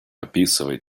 описывает